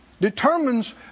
Determines